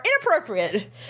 inappropriate